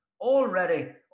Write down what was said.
already